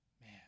Man